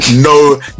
No